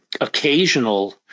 occasional